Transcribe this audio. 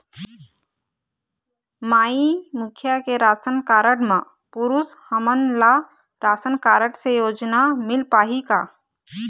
माई मुखिया के ration card म पुरुष हमन ला राशन कारड से योजना मिल पाही का?